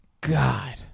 God